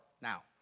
now